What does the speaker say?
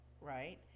right